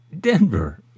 Denver